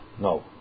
No